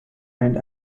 and